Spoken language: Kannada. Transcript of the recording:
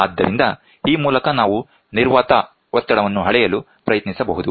ಆದ್ದರಿಂದ ಈ ಮೂಲಕ ನಾವು ನಿರ್ವಾತ ಒತ್ತಡವನ್ನು ಅಳೆಯಲು ಪ್ರಯತ್ನಿಸಬಹುದು